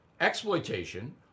exploitation